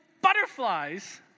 butterflies